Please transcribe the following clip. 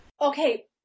Okay